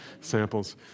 samples